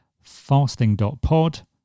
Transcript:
fasting.pod